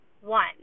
one